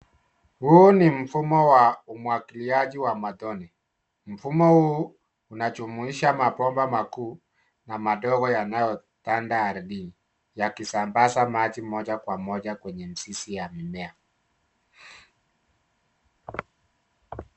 Huu ni mfumo wa umwagiliaji wa matone. Mfumo huu unajumuisha mabomba makuu na madogo yanayotanda ardhini yakisambaza maji moja kwa moja kwenye mizizi ya mimea.